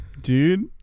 Dude